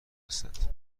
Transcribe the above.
هستند